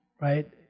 Right